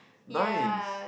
nice